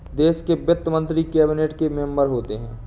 देश के वित्त मंत्री कैबिनेट के मेंबर होते हैं